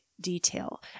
detail